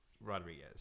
Rodriguez